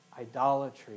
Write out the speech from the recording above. idolatry